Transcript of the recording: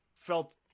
felt